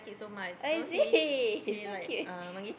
oh is it so cute